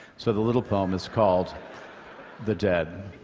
so the little poem is called the dead.